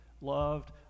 loved